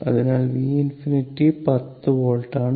അതിനാൽ V∞ 10 volt ആണ്